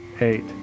eight